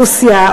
או מסוסיא,